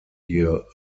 year